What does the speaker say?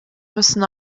müssen